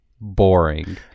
boring